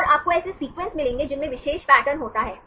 और आपको ऐसे सीक्वेंस मिलेंगे जिनमें विशेष पैटर्न होता है